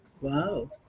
Wow